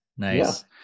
Nice